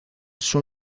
son